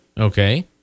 Okay